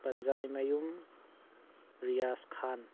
ꯄꯟꯖꯥꯏꯃꯌꯨꯝ ꯔꯤꯌꯥꯁ ꯈꯥꯟ